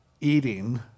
eating